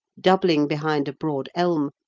doubling behind a broad elm,